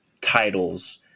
titles